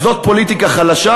אז זאת פוליטיקה חדשה?